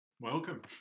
Welcome